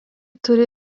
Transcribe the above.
turi